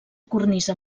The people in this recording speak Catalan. cornisa